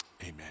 amen